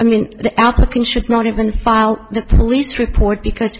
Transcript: i mean the alcan should not have been filed the police report because